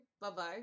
Bye-bye